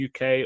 UK